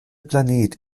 planet